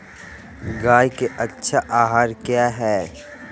गाय के अच्छी आहार किया है?